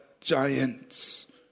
giants